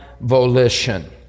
volition